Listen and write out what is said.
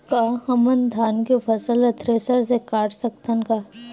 का हमन धान के फसल ला थ्रेसर से काट सकथन का?